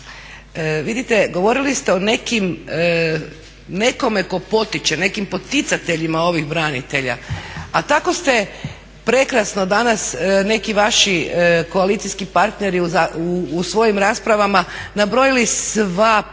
vidite govorili ste o nekome tko potiče, nekim poticateljima ovih branitelja, a tako ste prekrasno danas neki vaši koalicijski partneri u svojim raspravama nabrojili sva prava,